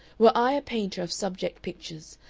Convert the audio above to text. were i a painter of subject pictures,